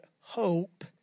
hope